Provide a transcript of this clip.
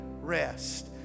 rest